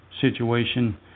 situation